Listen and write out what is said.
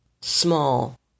small